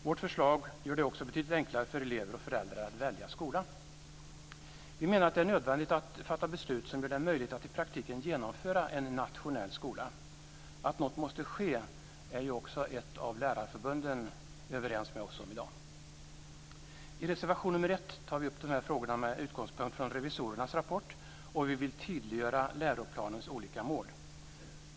Vårt förslag gör det också betydligt enklare för elever och föräldrar att välja skola. Vi menar att det är nödvändigt att fatta beslut som gör det möjligt att i praktiken genomföra en nationell skola. Att något måste ske är ju också ett av lärarförbunden överens med oss om i dag. I reservation nr 1 tar vi upp de här frågorna med utgångspunkt från revisorernas rapport, och vi vill tydliggöra läroplanens olika mål.